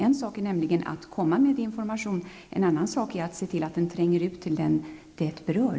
En sak är nämligen att ge ut information, en annan sak är att se till att den tränger ut till dem som den berör.